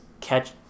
catch